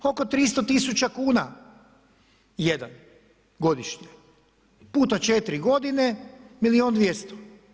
Oko 300 tisuća kuna jedan godišnje puta 4 godine milijun 200.